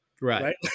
right